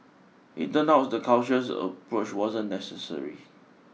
it turns out the cautious approach wasn't necessary